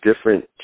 different